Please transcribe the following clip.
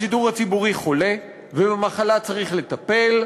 השידור הציבורי חולה, ובמחלה צריך לטפל.